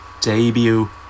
debut